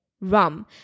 rum